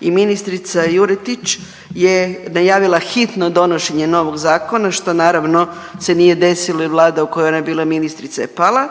ministrica Juretić je najavila hitno donošenje novog zakona, što naravno se nije desilo jel Vlada u kojoj je ona bila ministrica je pala.